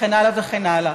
וכן הלאה וכן הלאה.